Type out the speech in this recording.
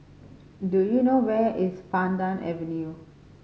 do you know where is Pandan Avenue